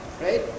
right